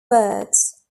births